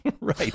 Right